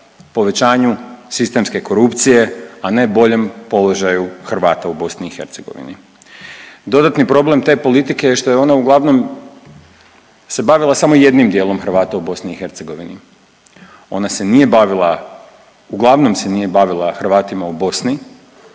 povećanju sistemske korupcije, a ne boljem položaju Hrvata u BiH. Dodatni problem te politike što je ona uglavnom se bavila samo jednim dijelom Hrvata u BiH, ona se nije bavila uglavnom se nije bavila Hrvatima u Bosni,